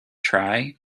try